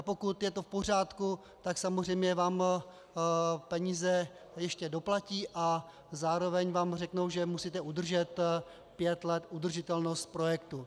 Pokud je to v pořádku, tak vám samozřejmě peníze ještě doplatí a zároveň vám řeknou, že musíte udržet pět let udržitelnost projektu.